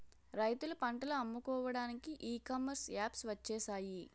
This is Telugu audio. రైతులు పంటలు అమ్ముకోవడానికి ఈ కామర్స్ యాప్స్ వచ్చేసాయి